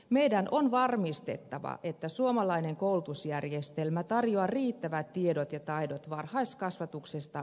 meidän on varmistettava että suomalainen koulutusjärjestelmä tarjoaa riittävät tiedot ja taidot varhaiskasvatuksesta